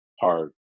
hard